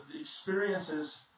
experiences